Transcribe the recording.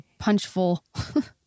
punchful